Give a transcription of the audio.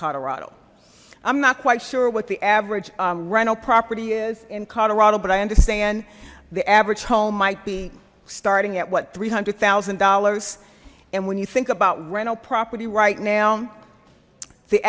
colorado i'm not quite sure what the average rental property is in colorado but i understand the average home might be starting at what three hundred thousand dollars and when you think about rental property right now the